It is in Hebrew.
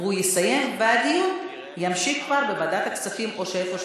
הוא יסיים והדיון יימשך כבר בוועדת הכספים או איפה שתחליטו.